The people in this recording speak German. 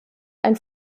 ein